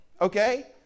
okay